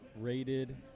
rated